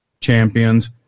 champions